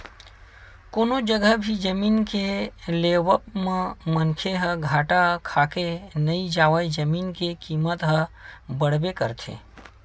कोनो जघा भी जमीन के लेवब म मनखे ह घाटा खाके नइ जावय जमीन के कीमत ह बड़बे करथे